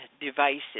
devices